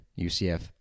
UCF